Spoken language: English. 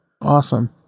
Awesome